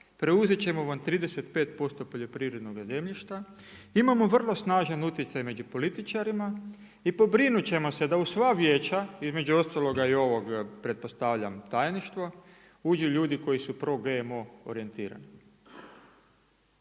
Preuzet ćemo vam 35% poljoprivrednoga zemljišta. Imamo vrlo snažan utjecaj među političarima i pobrinut ćemo se da u sva vijeća između ostaloga i ovog pretpostavljam tajništvo uđu ljudi koji su pro GMO orijentirani.